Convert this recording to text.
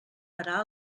parar